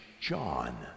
john